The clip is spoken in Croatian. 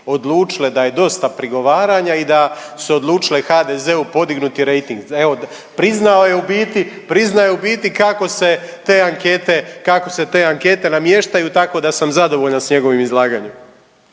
odučile da je dosta prigovaranja i da su odlučile HDZ-u podignuti rejting. Evo priznao je u biti kako se te ankete namještaju, tako da sam zadovoljan sa njegovim izlaganjem.